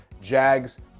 Jags